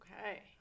okay